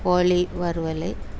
கோழி வறுவல்